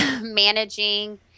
managing